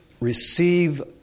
receive